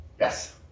Yes